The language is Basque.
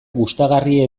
gustagarri